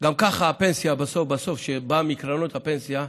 גם ככה הפנסיה, בסוף בסוף, שבאה מקרנות הפנסיה,